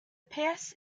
past